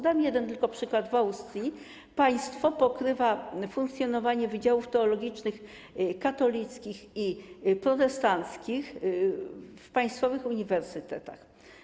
Dam tylko jeden przykład: w Austrii państwo pokrywa koszty funkcjonowania wydziałów teologicznych katolickich i protestanckich w państwowych uniwersytetach.